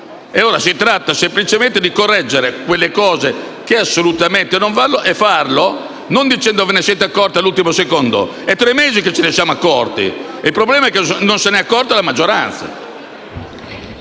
coda. Si tratta semplicemente di correggere le cose che assolutamente non vanno e di farlo senza dire che ce ne siamo accorti solo all'ultimo secondo, perché sono tre mesi che ce ne siamo accorti; il problema è che non se ne è accorta la maggioranza.